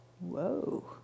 whoa